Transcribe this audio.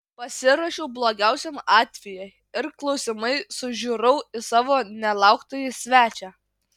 pasiruošiau blogiausiam atvejui ir klausiamai sužiurau į savo nelauktąjį svečią